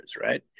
right